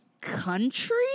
country